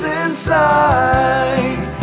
inside